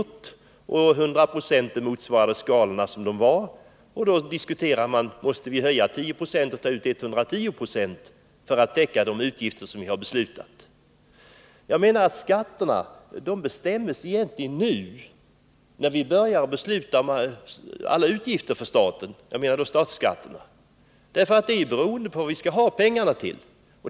En 100-procentig uttagning motsvarade då de gällande skatteskalorna, och diskussionen gällde sedan om man exempelvis skulle bli tvungen att höja skalorna med 10 96 för att täcka de utgifter som beslutats. Den här beskrivningen visar enligt min mening att statsskatterna egentligen bestäms nu, när vi börjar diskutera alla utgifter för staten. Det hela är ju beroende av hur mycket vi skall satsa och var vi skall lägga pengarna.